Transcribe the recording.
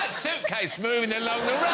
suitcase moving along